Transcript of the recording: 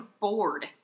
bored